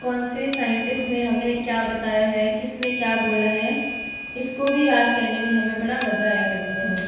कौन से साइंटिस्ट ने हमें क्या बताया है किसने क्या बोला है इसको भी याद करने में हमें बड़ा मजा आया करता था